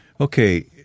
Okay